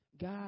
God